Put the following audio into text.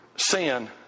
Sin